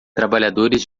trabalhadores